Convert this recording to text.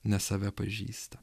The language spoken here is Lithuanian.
nes save pažįsta